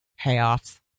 payoffs